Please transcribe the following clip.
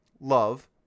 love